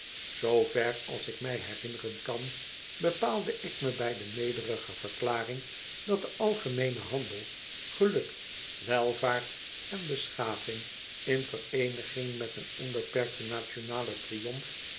zoover als ik mij herinneren kan bepaalde ik me bij de nederige verklaring dat de algemeene handel geluk welvaart en beschaving in vereeniging met een onbeperkten nationalen triumf